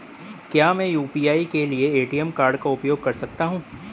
क्या मैं यू.पी.आई के लिए ए.टी.एम कार्ड का उपयोग कर सकता हूँ?